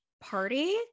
party